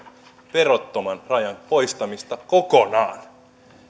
verottoman rajan poistamista kokonaan